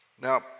Now